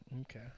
okay